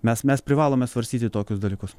mes mes privalome svarstyti tokius dalykus